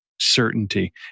certainty